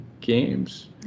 games